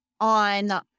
on